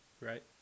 Right